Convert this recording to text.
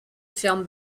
film